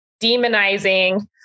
demonizing